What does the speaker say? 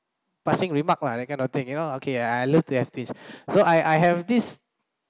passing remark lah that kind of thing you know okay I love to have twin so I I have uh this